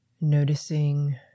Noticing